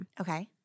Okay